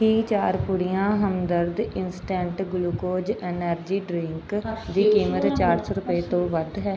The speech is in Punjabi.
ਕੀ ਚਾਰ ਪੁੜੀਆਂ Hamdard instant glucose energy drink ਦੀ ਕੀਮਤ ਚਾਰ ਸੌ ਰੁਪਏ ਤੋਂ ਵੱਧ ਹੈ